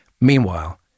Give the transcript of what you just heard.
Meanwhile